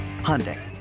Hyundai